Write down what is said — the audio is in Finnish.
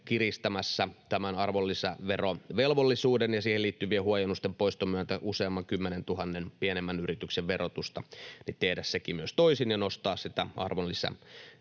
kiristämässä tämän arvonlisäverovelvollisuuden ja siihen liittyvien huojennusten poiston myötä useamman kymmenentuhannen pienemmän yrityksen verotusta, ja tehdä myös se toisin ja nostaa sitä arvonlisäverovelvollisuuden